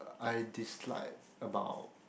I dislike about